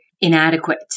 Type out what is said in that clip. inadequate